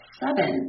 seven